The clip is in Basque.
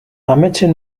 ametsen